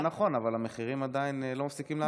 זה נכון, אבל המחירים עדיין לא מפסיקים לעלות.